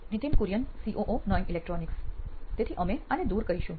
Nithin Kurian COO નોઇન electronics તેથી અમે આને દૂર કરીશું